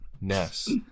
Ness